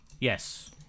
Yes